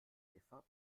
käfer